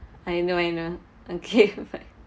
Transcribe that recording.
I know I know okay